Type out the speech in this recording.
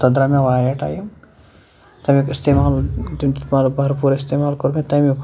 تتھ دراو مےٚ وارِیاہ ٹایِم تمیُک استعمال برپوٗر استعمال کوٚر مےٚ تمیُک